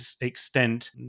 extent